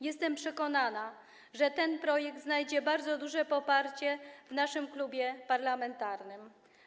Jestem przekonana, że ten projekt znajdzie bardzo duże poparcie w naszym klubie parlamentarnym.